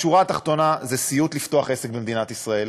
בשורה התחתונה, זה סיוט לפתוח עסק במדינת ישראל.